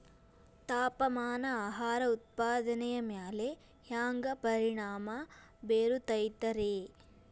ತಾಪಮಾನ ಆಹಾರ ಉತ್ಪಾದನೆಯ ಮ್ಯಾಲೆ ಹ್ಯಾಂಗ ಪರಿಣಾಮ ಬೇರುತೈತ ರೇ?